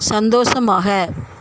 சந்தோஷமாக